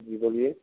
جی بولیے